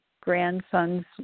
grandson's